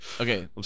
Okay